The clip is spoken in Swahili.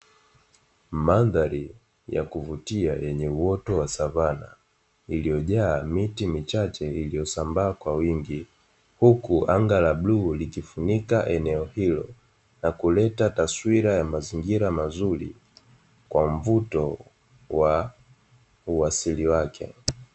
Mandhari ya kuvutia yenye uoto wa savana iliyojaa miti michache na iliyosambaa kwa wingi ,huku anga la bluu likifunika eneo hilo na kuleta taswira ya mazingira mazuri kwa mvuto wa uasili wake.